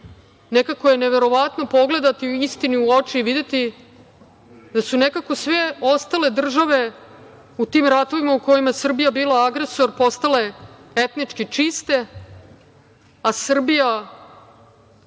nekako je neverovatno pogledati istini u oči i videti da su sve ostale države u tim ratovima u kojima je Srbija bila agresor postale etnički čiste, a Srbija